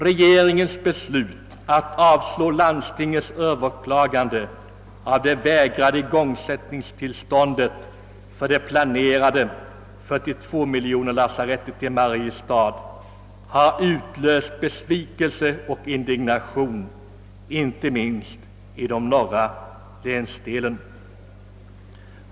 Regeringens beslut att avslå landstingens överklagande av det vägrade igångsättningstillståndet för det planerade 42-miljonerslasarettet i Mariestad har utlöst besvikelse och indignation, inte minst i norra länsdelen.